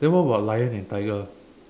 then what about lion and tiger